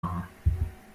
machen